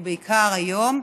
ובעיקר היום,